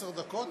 עשר דקות?